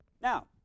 Now